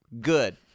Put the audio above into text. Good